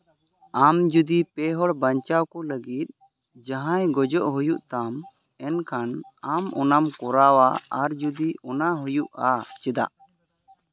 ᱟᱢ ᱡᱩᱫᱤ ᱯᱮ ᱦᱚᱲ ᱵᱟᱧᱪᱟᱣ ᱠᱚ ᱞᱟᱹᱜᱤᱫ ᱡᱟᱦᱟᱸᱭ ᱜᱚᱡᱚᱜ ᱦᱩᱭᱩᱜ ᱛᱟᱢ ᱮᱱᱠᱷᱟᱱ ᱟᱢ ᱚᱱᱟᱢ ᱠᱚᱨᱟᱣᱟ ᱟᱨ ᱡᱩᱫᱤ ᱚᱱᱟ ᱦᱩᱭᱩᱜᱼᱟ ᱪᱮᱫᱟᱜ